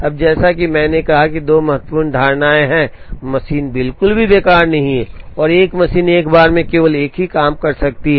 अब जैसा कि मैंने कहा कि दो महत्वपूर्ण धारणाएं हैं मशीन बिल्कुल भी बेकार नहीं है और एक मशीन एक बार में केवल एक ही काम कर सकती है